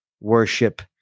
worship